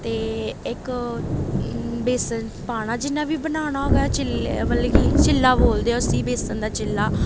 ते इक बेसन पाना जि'यां बी बनाना होगा चिल्ले मतलब कि चिल्ला बोलदे ऐ उस्सी बेसन दा चिल्ला